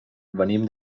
venim